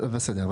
בסדר,